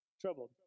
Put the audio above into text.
troubled